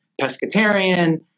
pescatarian